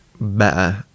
better